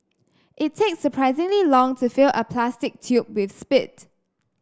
it takes surprisingly long to fill a plastic tube with spit